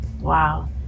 Wow